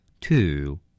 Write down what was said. Two